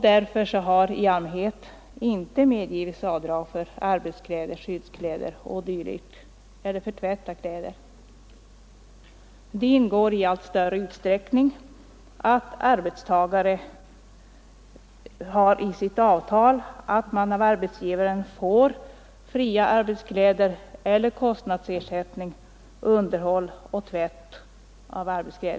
Därför har i allmänhet inte medgivits avdrag för arbetskläder, skyddskläder o. d. eller för tvätt av kläder. Det ingår i allt större utsträckning i arbetstagarnas avtal att de av arbetsgivaren får fria arbetskläder eller kostnadsersättning för underhåll och tvätt av arbetskläder.